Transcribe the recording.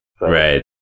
Right